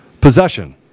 possession